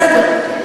בסדר.